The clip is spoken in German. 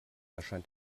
erscheint